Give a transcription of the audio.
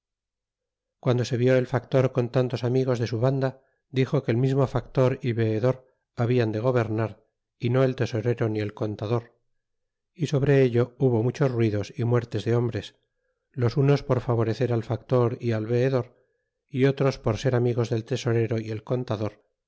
guando se vi el factor con tantos amigos de su vanda dixo que el mismo factor y veedor hablan de gobernar y no el tesorero ni el contador y sobre ello hubo muchos ruidos y muertes de hombres los unos por favorecer al factor y al veedor y otros por ser amigos del tesorero y el contador